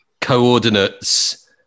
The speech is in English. coordinates